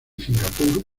singapur